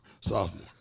sophomore